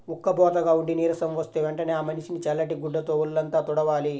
ఉక్కబోతగా ఉండి నీరసం వస్తే వెంటనే ఆ మనిషిని చల్లటి గుడ్డతో వొళ్ళంతా తుడవాలి